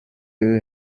who